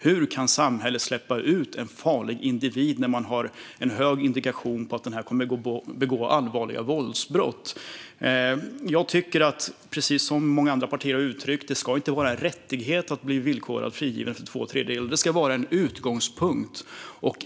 Hur kan samhället släppa ut en farlig individ när man har en stark indikation på att personen kommer att begå allvarliga våldsbrott? Jag tycker, precis som många andra partier har uttryckt, att det inte ska vara en rättighet att bli villkorligt frigiven efter två tredjedelar av tiden, utan det ska vara en utgångspunkt.